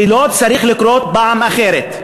וזה לא צריך לקרות פעם נוספת.